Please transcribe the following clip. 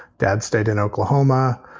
dad stayed in oklahoma.